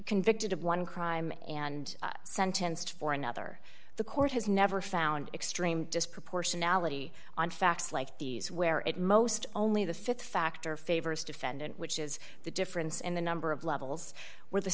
convicted of one crime and sentenced for another the court has never found extreme disproportionality on facts like these where at most only the th factor favors defendant which is the difference in the number of levels where the